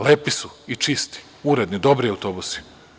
Lepi su i čisti, uredni i dobri autobusi.